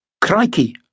Crikey